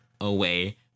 away